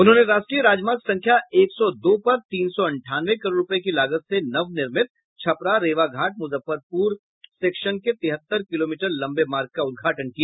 उन्होंने राष्ट्रीय राजमार्ग संख्या एक सौ दो पर तीन सौ अंठानवे करोड़ रूपये की लागत से नवनिर्मित छपरा रेवाघाट मुजफ्फरपुर सेक्शन के तिहत्तर किलोमीटर लंबे मार्ग का उद्घाटन किया